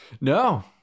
no